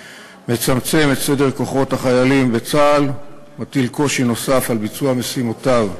מצמצם את סדר כוחות החיילים בצה"ל ומטיל קושי נוסף על ביצוע משימותיו.